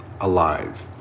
alive